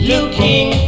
Looking